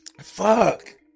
Fuck